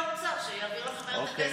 מול האוצר שיעביר לכם מהר את הכסף.